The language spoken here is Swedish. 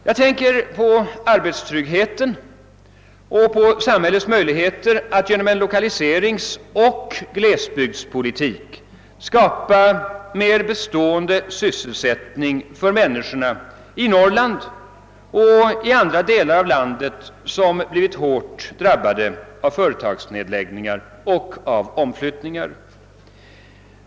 Jag tänker på arbetstryggheten och på samhällets möjligheter att genom en lokaliseringsoch glesbygdspolitik skapa mer bestående sysselsättning för människorna i Norrland och i andra delar av landet, som blivit hårt drabbade av företagsnedläggningar och omflyttningar.